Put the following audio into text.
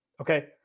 Okay